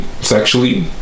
sexually